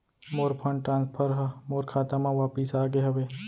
मोर fund transfer हा मोर खाता मा वापिस आ गे हवे